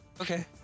Okay